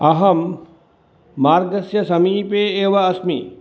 अहं मार्गस्य समीपे एव अस्मि